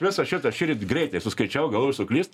visą šitą šįryt greitai suskaičiau galvojau suklyst